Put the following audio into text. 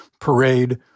parade